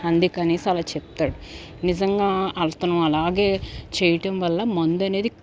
అందుకనేసి అలా చెప్తాడు నిజంగా అతను అలాగే చేయటం వల్ల మందు అనేది